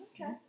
Okay